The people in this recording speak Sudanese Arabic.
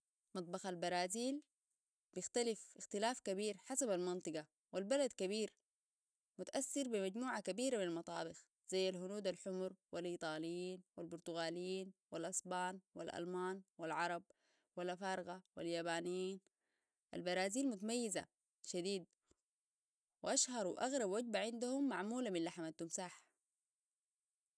مطبخ البرازيل بختلف اختلاف كبير حسب المنطقة والبلد كبير يتأثر بمجموعة كبيرة من المطابخ زي الهنود الحمر والإيطاليين والبرتغاليين والأسبان والألمان والعرب والافارقه واليابانيين البرازيل متميزة شديد وأشهر أغرب وجبة عندهم معمولة من لحم التمساح